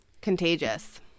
contagious